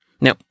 Now